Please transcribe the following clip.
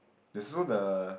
there's also the